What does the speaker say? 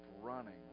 running